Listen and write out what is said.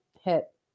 hit